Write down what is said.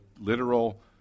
literal